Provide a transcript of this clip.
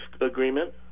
Agreement